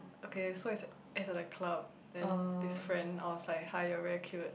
okay so is is like club then this friend I was like you are very cute